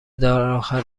درآخر